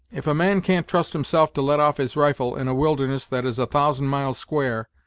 if a man can't trust himself to let off his rifle in a wilderness that is a thousand miles square,